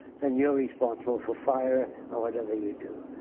then you're responsible for fire or whatever you do.